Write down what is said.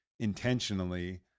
intentionally